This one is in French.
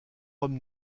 homme